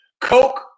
Coke